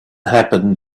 happen